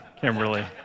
Kimberly